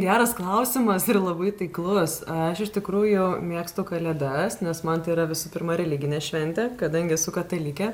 geras klausimas ir labai taiklus aš iš tikrųjų mėgstu kalėdas nes man tai yra visų pirma religinė šventė kadangi esu katalikė